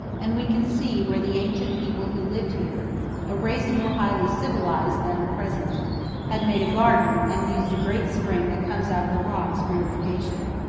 and we can see where the ancient people who lived here a race more highly civilized than the present had made a garden and used a great spring that comes out of the rocks for irrigation.